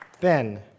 Ben